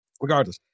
regardless